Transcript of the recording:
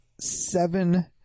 seven